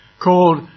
called